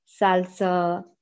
salsa